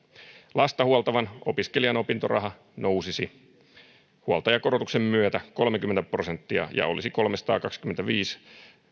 lasta huoltavan opiskelijan opintoraha nousisi huoltajakorotuksen myötä kolmekymmentä prosenttia ja olisi kolmesataakaksikymmentäviisi